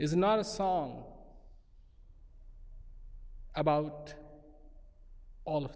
is not a song about all